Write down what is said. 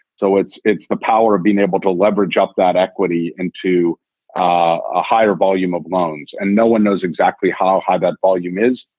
so it's it's the power of being able to leverage up that equity into ah a higher volume of loans. and no one knows exactly how high that volume is.